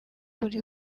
kuri